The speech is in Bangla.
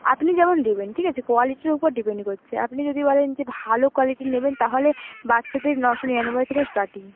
আপনি যেমন নেবেন ঠিক আছে কোয়ালিটির উপর ডিপেন্ড করছে আপনি যদি বলেন যে ভালো কোয়ালিটির নেবেন তাহলে বাচ্চাদের নশো নিরানব্বই থেকে স্টার্টিং